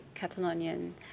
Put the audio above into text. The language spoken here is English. Catalonian